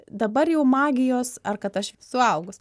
dabar jau magijos ar kad aš suaugus